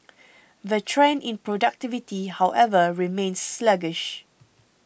the trend in productivity however remains sluggish